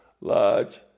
large